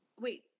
wait